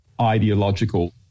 ideological